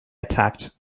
attacked